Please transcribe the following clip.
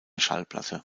schallplatte